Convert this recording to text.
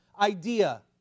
idea